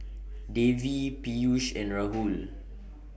Devi Peyush and Rahul